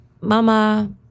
mama